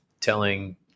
telling